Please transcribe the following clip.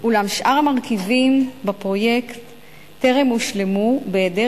אולם שאר המרכיבים בפרויקט טרם הושלמו בהיעדר